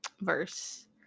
verse